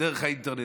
דרך האינטרנט,